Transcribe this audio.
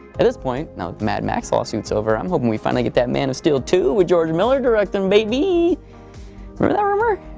at this point, now the mad max lawsuit's over, i'm hoping we finally get that man of steel two with george miller directing, baby. remember that rumor?